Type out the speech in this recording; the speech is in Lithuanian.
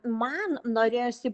man norėjosi